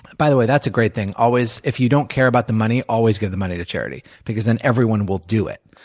by the way, that's a great thing if you don't care about the money, always give the money to charity because then everyone will do it.